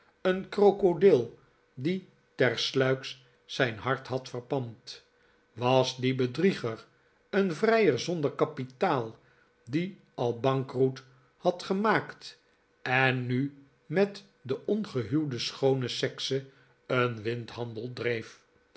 een krokodil die tersluiks zijn hart had verpand was die bedrieger een vrijer zonder kapitaal die al bankroet had gemaakt en nu met de ongehuwde schoone sekse een windhandel dreef